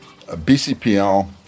BCPL